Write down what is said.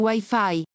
Wi-Fi